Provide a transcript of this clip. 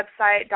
website